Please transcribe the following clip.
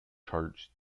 charts